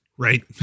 Right